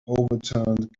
overturned